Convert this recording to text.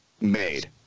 made